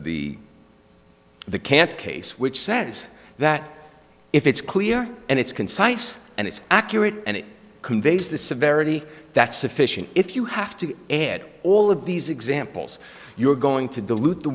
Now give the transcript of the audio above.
the the kant case which says that if it's clear and it's concise and it's accurate and it conveys the severity that's sufficient if you have to add all of these examples you're going to dilute the